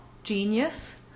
genius